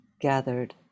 gathered